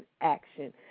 action